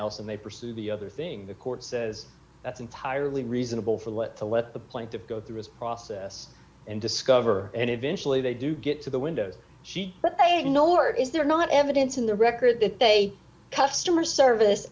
else and they pursue the other thing the court says that's entirely reasonable for let to let the plan to go through this process and discover and eventually they do get to the windows eight nor is there not evidence in the record that they customer service